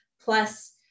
plus